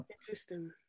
Interesting